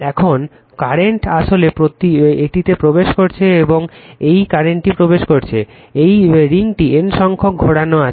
এখন কারেন্ট আসলে এটিতে প্রবেশ করছে এই কারেন্টটি প্রবেশ করছে এই রিংটি N সংখক ঘোরানো আছে